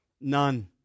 None